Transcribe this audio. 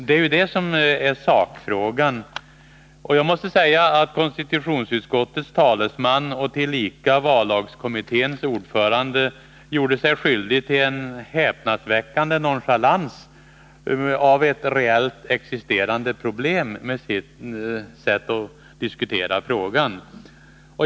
Det är sakfrågan. Konstitutionsutskottets talesman och tillika vallagskommitténs ordförande gjorde sig skyldig till en häpnadsväckande nonchalans mot ett reellt existerande problem med sitt sätt att diskutera frågan.